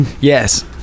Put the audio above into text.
Yes